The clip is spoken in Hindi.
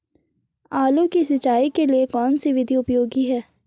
आलू की सिंचाई के लिए कौन सी विधि उपयोगी है?